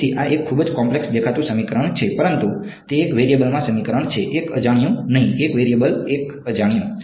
તેથી આ એક ખૂબ જ કોમ્પ્લેક્ષ દેખાતું સમીકરણ છે પરંતુ તે એક વેરીયબલમાં સમીકરણ છે એક અજાણ્યું નહિ એક વેરીયબલ એક અજાણ્યું